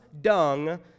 dung